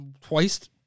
twice